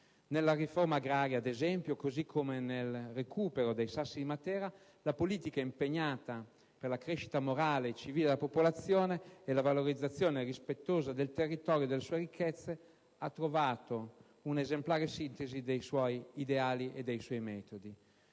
Nella riforma agraria, ad esempio, così come nel recupero dei Sassi di Matera, la politica impegnata per la crescita morale e civile della popolazione e per la valorizzazione rispettosa del territorio e delle sue ricchezze ha trovato una esemplare sintesi dei suoi ideali e dei suoi metodi.